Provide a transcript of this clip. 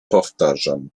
powtarzam